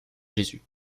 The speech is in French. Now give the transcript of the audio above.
jésus